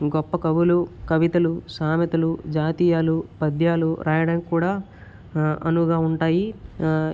గొప్ప కవులు కవితలు సామెతలు జాతీయాలు పద్యాలు వ్రాయడం కూడా అనువుగా ఉంటాయి